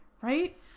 right